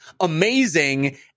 amazing